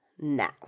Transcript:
Now